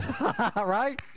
right